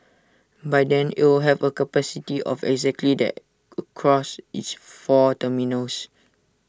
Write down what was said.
by then it'll have A capacity of exactly that across its four terminals